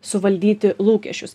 suvaldyti lūkesčius